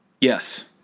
Yes